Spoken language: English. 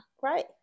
Right